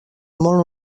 molt